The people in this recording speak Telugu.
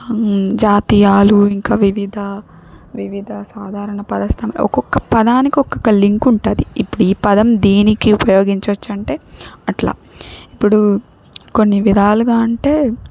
జాతీయాలు ఇంకా వివిధ వివిధ సాధారణ పదస్తం ఒకొక్క పదానికి ఒకొక్క లింక్ ఉంటుంది ఇప్పుడు ఈ పదం దీనికి ఉపయోగించవచ్చు అంటే అట్లా ఇప్పుడు కొన్ని విధాలుగా అంటే